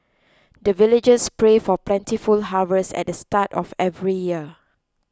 the villagers pray for plentiful harvest at the start of every year